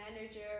manager